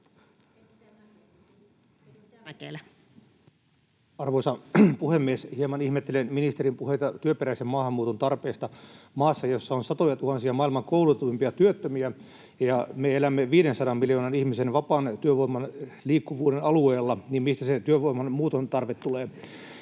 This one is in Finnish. Arvoisa puhemies! Hieman ihmettelen ministerin puheita työperäisen maahanmuuton tarpeesta maassa, jossa on satojatuhansia maailman koulutetuimpia työttömiä, ja kun me elämme 500 miljoonan ihmisen vapaan työvoiman liikkuvuuden alueella, niin mistä se työvoiman muuton tarve tulee?